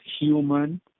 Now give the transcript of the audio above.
human